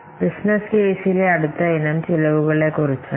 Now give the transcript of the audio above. കൂടാതെ മറ്റു പ്രധാനപെട്ട ഉള്ളടക്കം വിവരിക്കേണ്ടത് ചിലവുകളെ കുറിച്ചാണ്